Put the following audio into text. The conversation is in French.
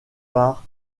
part